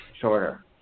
shorter